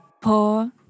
poor